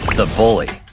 the bully